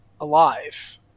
alive